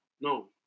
No